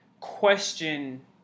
question